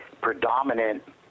predominant